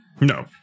No